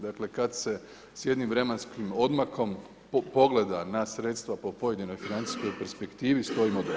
Dakle, kad se s jednim vremenskim odmakom pogleda na sredstva po pojedinoj financijskoj perspektivi stojimo dobro.